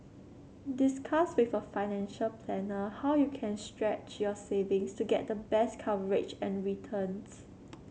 discuss with a financial planner how you can stretch your savings to get the best coverage and returns